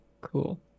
cool